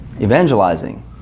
evangelizing